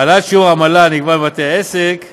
העלאת שיעור העמלה הנגבית מבתי העסק הגדולים,